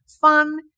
fun